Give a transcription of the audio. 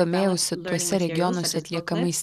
domėjausi tuose regionuose atliekamais